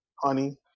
Honey